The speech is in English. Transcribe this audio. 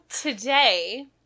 Today